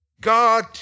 God